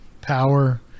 power